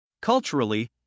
Culturally